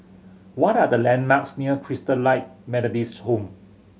what are the landmarks near Christalite Methodist Home